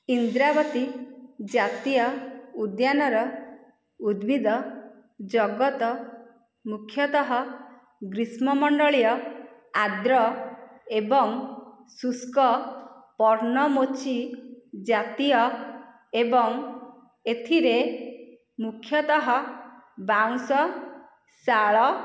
ଇନ୍ଦ୍ରାବତୀ ଜାତୀୟ ଉଦ୍ୟାନର ଉଦ୍ଭିଦ ଜଗତ ମୁଖ୍ୟତଃ ଗ୍ରୀଷ୍ମ ମଣ୍ଡଳୀୟ ଆଦ୍ର ଏବଂ ଶୁଷ୍କ ବର୍ଣ୍ଣମୂଚି ଜାତୀୟ ଏବଂ ଏଥିରେ ମୁଖ୍ୟତଃ ବାଉଁଶ ଶାଳ